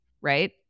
right